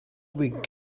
big